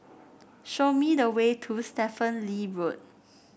show me the way to Stephen Lee Road